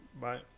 Bye